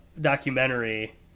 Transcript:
documentary